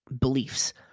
beliefs